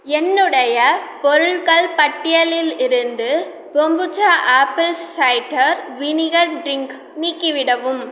என்னுடைய பொருள்கள் பட்டியலிலிருந்து kombucha apple cider vinegar drink நீக்கிவிடவும்